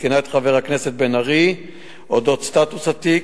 ועדכנה את חבר הכנסת בן-ארי בסטטוס התיק